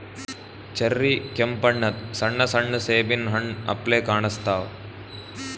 cherry ಕೆಂಪ್ ಬಣ್ಣದ್ ಸಣ್ಣ ಸಣ್ಣು ಸೇಬಿನ್ ಹಣ್ಣ್ ಅಪ್ಲೆ ಕಾಣಸ್ತಾವ್